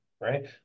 right